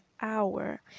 hour